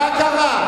מה קרה?